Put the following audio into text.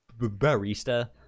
barista